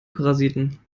parasiten